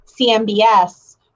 CMBS